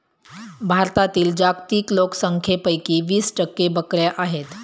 भारतातील जागतिक लोकसंख्येपैकी वीस टक्के बकऱ्या आहेत